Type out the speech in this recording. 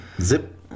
zip